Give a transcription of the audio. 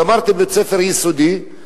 גמרתי בית-ספר יסודי,